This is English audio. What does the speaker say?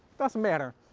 doesn't matter.